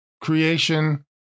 creation